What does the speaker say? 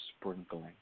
sprinkling